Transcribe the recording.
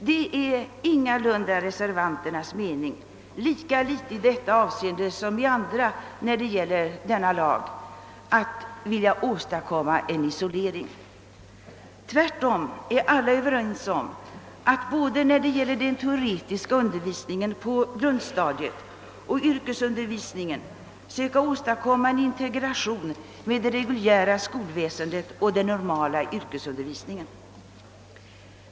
Det är ingalunda reservanternas mening — lika litet i detta avseende som i andra när det gäller denna lag — att åstadkomma en isolering. Tvärtom är alla överens om att i fråga om både den teoretiska undervisningen på grundstadiet och yrkesundervisningen söka få till stånd en integration med det reguljära skolväsendet och den normala yrkesundervisningen.